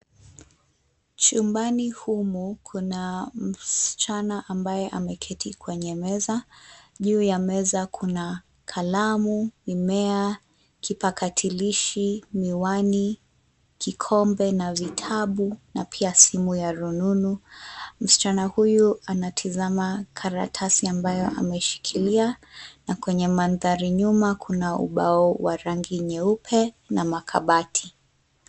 Chumbani humu kuna msichana ambaye ameketi kwenye meza .Juu ya meza kuna kalamu, mimea, kipakatalishi, miwani ,kikombe na vitabu pia simu ya rununu. Msichana huyu anatazama karatasi ambayo ameshikilia. Na kwenye mandhari nyuma kuna ubao wa rangi nyeupe na makabati.